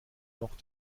noch